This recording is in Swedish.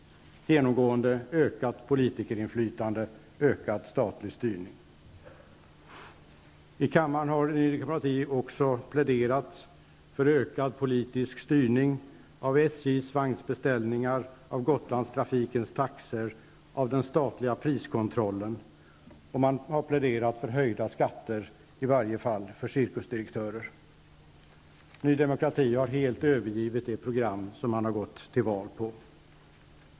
Genomgående handlar det om ökat politikerinflytande och ökad statlig styrning. I kammaren har Ny Demokrati också pläderat för ökad politisk styrning av SJs vagnsbeställningar, av Gotlandstrafikens taxor och av den statliga priskontrollen. Och man har också pläderat för höjda skatter, i varje fall för cirkusdirektörer. Ny Demokrati har helt övergivit det program som man har gått till val på.